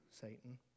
Satan